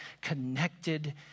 connected